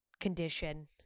condition